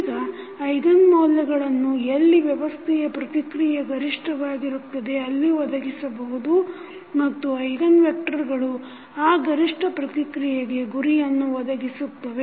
ಈಗ ಐಗನ್ ಮೌಲ್ಯಗಳನ್ನು ಎಲ್ಲಿ ವ್ಯವಸ್ಥೆಯ ಪ್ರತಿಕ್ರಿಯೆ ಗರಿಷ್ಠವಾಗಿರುತ್ತದೆ ಅಲ್ಲಿ ಒದಗಿಸಬಹುದು ಮತ್ತು ಐಗನ್ ವೆಕ್ಟರ್ಗಳು ಆ ಗರಿಷ್ಠ ಪ್ರತಿಕ್ರಿಯೆಗೆ ಗುರಿಯನ್ನು ಒದಗಿಸುತ್ತವೆ